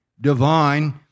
divine